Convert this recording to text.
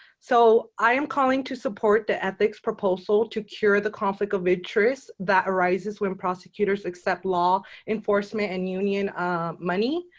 so i am calling to support the ethics proposal to cure the conflict of interest that arises when prosecutors except law enforcement and union money,